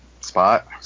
Spot